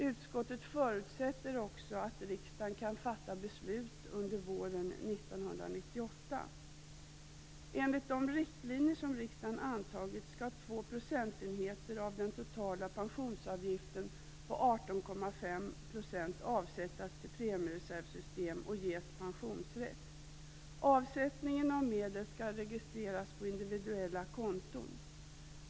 Utskottet förutsätter också att riksdagen kan fatta beslut under våren 18,5 % avsättas till premiereservsystem och ges pensionsrätt. Avsättningen av medel skall registreras på individuella konton.